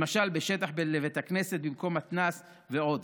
למשל, בשטח בית כנסת במקום מתנ"ס ועוד.